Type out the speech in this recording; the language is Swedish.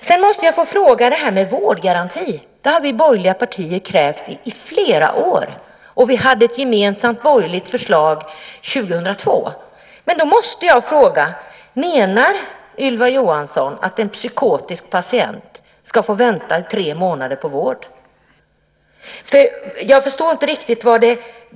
Sedan vill jag ställa en fråga om vårdgaranti, vilket vi borgerliga partier har krävt i flera år. Vi hade också ett gemensamt borgerligt förslag 2002. Menar Ylva Johansson att en psykotisk patient ska behöva vänta i tre månader på vård?